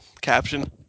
caption